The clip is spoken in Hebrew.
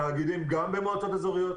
שיהיו תאגידים גם במועצות אזוריות,